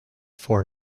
for